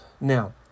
Now